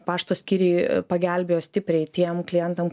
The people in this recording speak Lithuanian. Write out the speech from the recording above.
pašto skyriai pagelbėjo stipriai tiem klientam